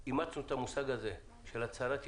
ואימצנו את המושג הזה של הצהרת יבואן,